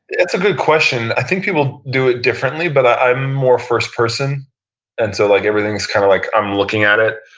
that's a good question. i think people do it differently but i'm more first-person until and so like everything is kind of like i'm looking at it.